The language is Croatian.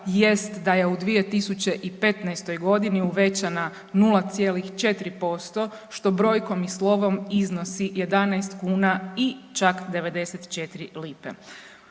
jest da je u 2015. godini uvećana 0,4% što brojkom i slovom iznosi 11 kuna i čak 94 lipe.